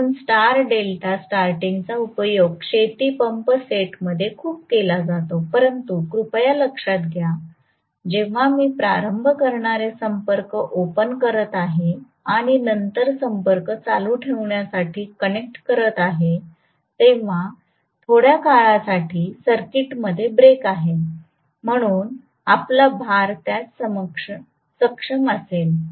म्हणून star delta स्टार्टिंगचा उपयोग शेती पंप सेटमध्ये खूप केला जातो परंतु कृपया लक्षात घ्या जेव्हा मी प्रारंभ करणारे संपर्क ओपन करत आहे आणि नंतर संपर्क चालू ठेवण्यासाठी कनेक्ट करत आहे तेव्हा थोड्या काळासाठी सर्किटमध्ये ब्रेक आहे म्हणून आपला भार त्यास सक्षम असेल